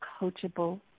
coachable